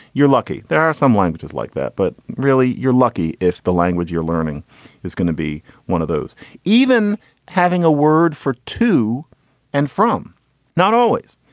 you're lucky. there are some languages like that, but really you're lucky if the language you're learning is going to be one of those even having a word for to and from not always.